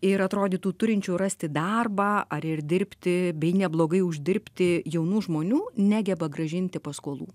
ir atrodytų turinčių rasti darbą ar ir dirbti bei neblogai uždirbti jaunų žmonių negeba grąžinti paskolų